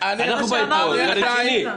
אנחנו באים לפה, זה רציני.